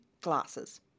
glasses